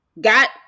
got